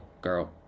girl